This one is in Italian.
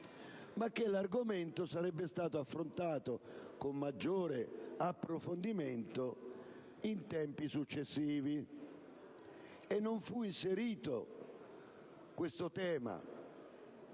ma che l'argomento sarebbe stato affrontato con maggiore approfondimento in tempi successivi, e così tale previsione